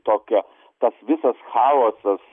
tokia tas visas chaosas